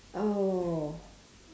oh